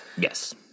Yes